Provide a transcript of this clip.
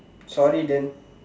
sorry then